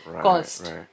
cost